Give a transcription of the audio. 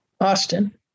Austin